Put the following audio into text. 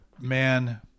man